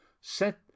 set